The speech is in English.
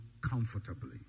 comfortably